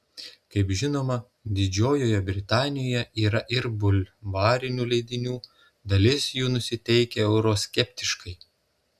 kaip žinoma didžiojoje britanijoje yra ir bulvarinių leidinių dalis jų nusiteikę euroskeptiškai